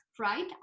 right